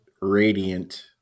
radiant